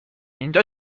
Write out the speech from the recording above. اینجا